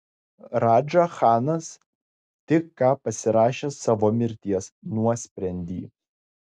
radža chanas tik ką pasirašė savo mirties nuosprendį